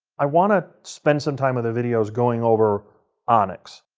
i want to spend some time of the videos going over onyx,